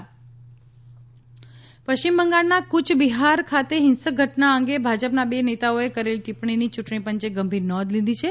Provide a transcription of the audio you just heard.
ECI BJP પશ્ચિમ બંગાળના ફ્રય બિહાર ખાતેની હિંસક ઘટના અંગે ભાજપના બે નેતાઓએ કરેલી ટિપ્પણીની યૂંટણી પંચે ગંભીર નોધ લીધી છે